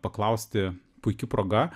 paklausti puiki proga